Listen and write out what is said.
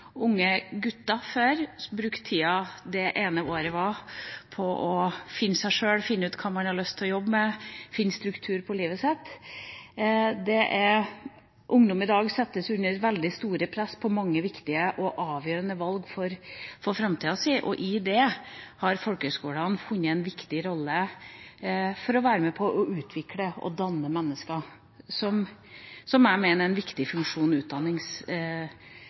unge gutter tida dette ene året til å finne seg sjøl, finne ut hva de hadde lyst til å jobbe med, finne struktur på livet sitt. Ungdom i dag settes under et veldig stort press i mange viktige og avgjørende valg for framtida. I det har folkehøyskolene funnet en viktig rolle for å være med på å utvikle og danne mennesker, som jeg mener er en viktig funksjon